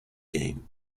game